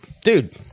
dude